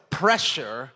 pressure